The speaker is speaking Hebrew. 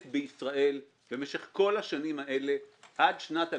בישראל במשך כל השנים האלה עד שנת 2016,